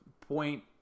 point